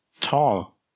tall